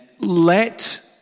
let